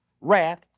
wrath